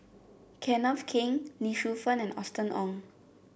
Kenneth Keng Lee Shu Fen and Austen Ong